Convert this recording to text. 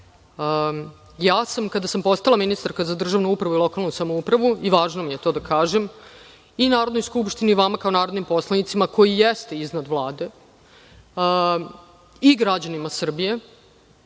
interesa? Kada sam postala ministarka za državnu upravu i lokalnu samoupravu, važno mi je to da kažem, i Narodnoj skupštini i vama kao narodnim poslanicima, koji jeste iznad Vlade, i građanima Srbije